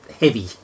heavy